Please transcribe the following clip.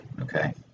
Okay